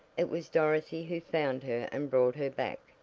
it was dorothy who found her and brought her back.